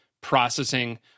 processing